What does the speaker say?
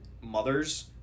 mothers